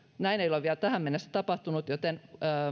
näin ei ole vielä tähän mennessä tapahtunut joten